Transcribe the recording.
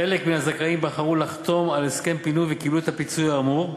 חלק מן הזכאים בחרו לחתום על הסכם פינוי וקיבלו את הפיצוי האמור.